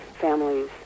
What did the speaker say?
families